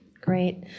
Great